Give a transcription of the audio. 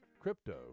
Crypto